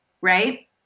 right